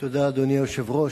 אדוני היושב-ראש,